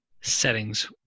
settings